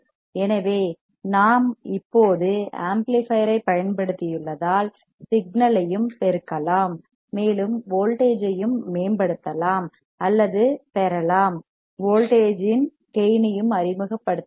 எனவே நாம் இப்போது ஆம்ப்ளிபையர்யைப் பயன்படுத்தியுள்ளதால் சிக்னலையும் பெருக்கலாம் மேலும் வோல்ட்டேஜ் ஐயும் மேம்படுத்தலாம் அல்லது பெறலாம் வோல்ட்டேஜ் கேயின் ஐயும் அறிமுகப்படுத்தலாம்